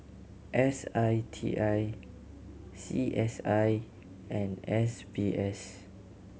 S I T I C S I and S B S